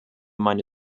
meine